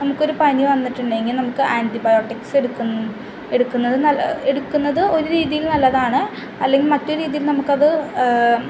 നമ്മുക്കൊരു പനി വന്നിട്ടുണ്ടെങ്കിൽ നമുക്ക് ആൻ്റിബയോട്ട്ക്സെടുക്കും എടുക്കുന്നത് നല്ല എടുക്കുന്നത് ഒരു രീതിയിൽ നല്ലതാണ് അല്ലെങ്കിൽ മറ്റൊരു രീതിയിൽ നമുക്കത്